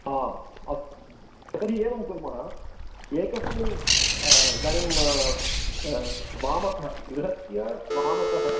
हा अस्तु तर्हि एवं कुर्मः एकस्मिन् इदानीं वामतः गृहस्य वामतः